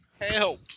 Help